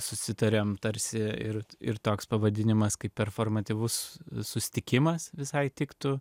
susitariam tarsi ir ir toks pavadinimas kaip informatyvus susitikimas visai tiktų